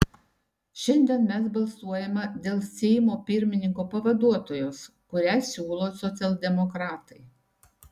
šiandien mes balsuojame dėl seimo pirmininko pavaduotojos kurią siūlo socialdemokratai